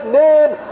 name